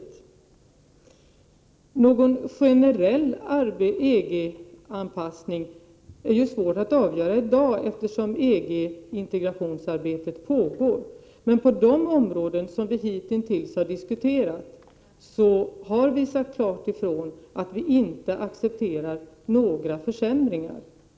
Om det blir fråga om någon generell EG-anpassning är svårt att avgöra i dag, eftersom EG-integrationsarbetet pågår. På de områden som hitintills har diskuterats har vi dock sagt klart ifrån att vi inte accepterar några försämringar.